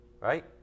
right